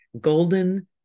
golden